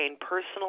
personal